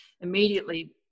immediately